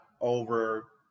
over